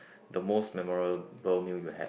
the most memorable meal you had